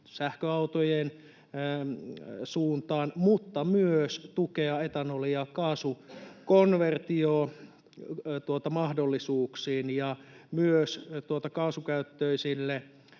sähköautojen suuntaan myös tukea etanoli- ja kaasukonvertiomahdollisuuksiin, ja myös kaasukäyttöisille